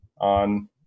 on